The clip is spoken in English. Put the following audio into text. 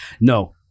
no